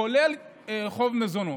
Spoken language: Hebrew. כולל חוב מזונות.